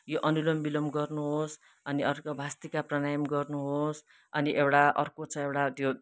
यो अनुलोम विलोम गर्नुहोस् अनि अर्को भस्त्रिका प्राणायाम गर्नुहोस् अनि एउटा अर्को छ एउटा त्यो